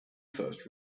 first